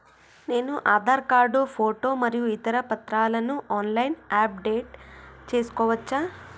నేను Aadhaar card photo మరియు ఇతర పత్రాలను ఆన్ లైన్ అప్ డెట్ చేసుకోవచ్చా?